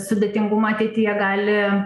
sudėtingumą ateityje gali